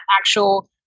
actual